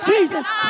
Jesus